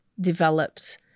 developed